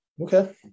Okay